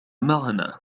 معنا